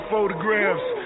Photographs